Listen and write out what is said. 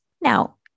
Now